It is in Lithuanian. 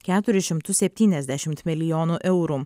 keturis šimtus septyniasdešimt milijonų eurų